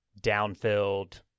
Downfilled